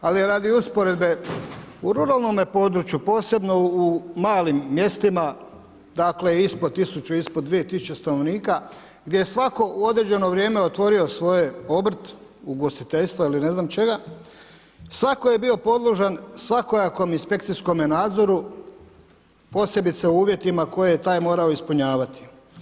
Ali radi usporedbe, u ruralnome području posebno u malim mjestima, dakle ispod 1000, ispod 2000 stanovnika gdje je svako u određeno vrijeme otvorio svoj obrt, ugostiteljstva ili ne zna čega, svatko je bilo podložan svakojakom inspekcijskome nadzoru, posebice u uvjetima koje je taj morao ispunjavati.